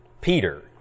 Peter